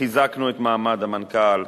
חיזקנו את מעמד המנכ"ל,